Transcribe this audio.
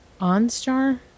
OnStar